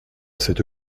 cette